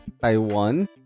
Taiwan